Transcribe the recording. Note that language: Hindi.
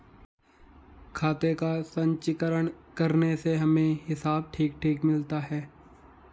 खाते का संचीकरण करने से हमें हिसाब ठीक ठीक मिलता है